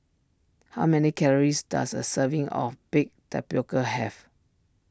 how many calories does a serving of Baked Tapioca have